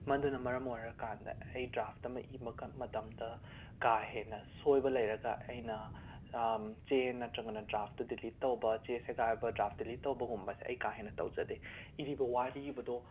ꯃꯗꯨꯅ ꯃꯔꯝ ꯑꯣꯏꯔꯀꯥꯟꯗ ꯑꯩ ꯗ꯭ꯔꯥꯐ ꯑꯃ ꯏꯕ ꯃꯀ ꯃꯇꯝꯗ ꯀꯥ ꯍꯦꯟꯅ ꯁꯣꯏꯕ ꯂꯩꯔꯒ ꯑꯩꯅ ꯆꯦ ꯅꯠꯇ꯭ꯔꯒꯅ ꯗ꯭ꯔꯥꯐꯇꯨ ꯗꯤꯂꯤꯠ ꯇꯧꯕ ꯆꯦ ꯁꯦꯒꯥꯏꯕ ꯗ꯭ꯔꯥꯐ ꯗꯤꯂꯤꯠ ꯇꯧꯕꯒꯨꯝꯕꯁꯦ ꯑꯩ ꯀꯥ ꯍꯦꯟꯅ ꯇꯧꯖꯗꯦ ꯏꯔꯤꯕ ꯋꯥꯔꯤꯕꯗꯣ